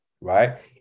right